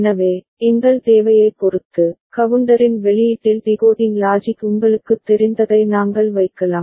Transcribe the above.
எனவே எங்கள் தேவையைப் பொறுத்து கவுண்டரின் வெளியீட்டில் டிகோடிங் லாஜிக் உங்களுக்குத் தெரிந்ததை நாங்கள் வைக்கலாம்